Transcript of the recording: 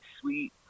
sweet